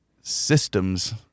systems